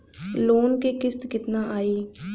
Loan क किस्त कितना आई?